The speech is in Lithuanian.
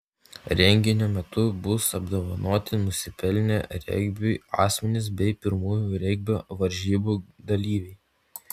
renginio metu bus apdovanoti nusipelnę regbiui asmenys bei pirmųjų regbio varžybų dalyviai